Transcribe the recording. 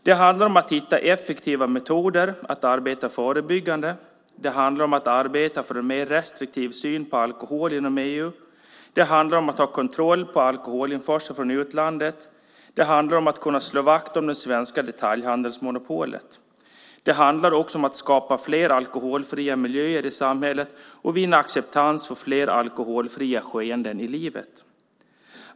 Det handlar om att hitta effektiva metoder att arbeta förebyggande. Det handlar om att arbeta för en mer restriktiv syn på alkohol inom EU. Det handlar om att ha kontroll på alkoholinförseln från utlandet. Det handlar om att kunna slå vakt om det svenska detaljhandelsmonopolet. Det handlar också om att skapa fler alkoholfria miljöer i samhället och vinna acceptans för fler alkoholfria skeden i livet.